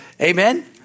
Amen